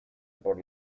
por